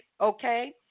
Okay